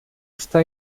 está